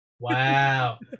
Wow